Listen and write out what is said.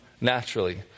naturally